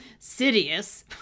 Sidious